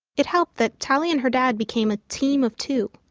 it helped that tali and her dad became a team of two.